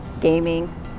gaming